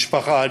משפחה ענייה?